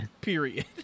period